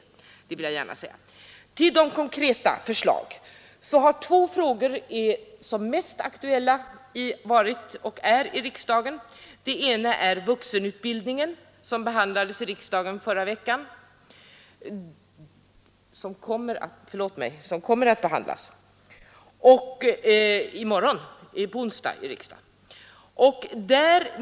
Som exempel på vårt agerande när det gäller kvalitetskravet vill jag hänvisa till två konkreta frågor, nu aktuella i riksdagen. Den ena är vuxenutbildningen, som kommer att behandlas på onsdag i riksdagen.